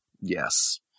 Yes